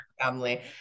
family